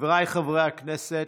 חבריי חברי הכנסת,